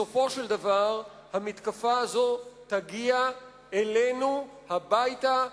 בסופו של דבר המתקפה הזאת תגיע אלינו הביתה,